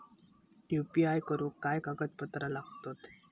UPI करुक काय कागदपत्रा लागतत?